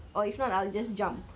mm mm mm